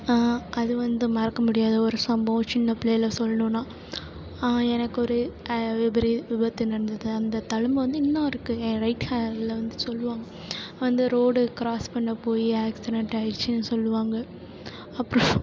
அது வந்து மறக்க முடியாத ஒரு சம்பவம் சின்னப் பிள்ளையில் சொல்லணுன்னா எனக்கு ஒரு விபரீ விபத்து நடந்தது அந்த தழும்பு வந்து இன்றும் இருக்குது என் ரைட் ஹேண்டில் வந்து சொல்லுவாங்க வந்து ரோடு க்ராஸ் பண்ணப் போய் ஆக்சிடென்ட் ஆகிடுச்சின்னு சொல்லுவாங்க அப்புறம்